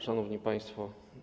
Szanowni Państwo!